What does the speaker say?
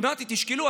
ואמרתי להם: תשקלו.